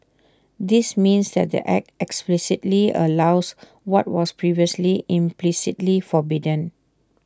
this means that the act explicitly allows what was previously implicitly forbidden